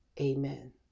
Amen